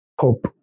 hope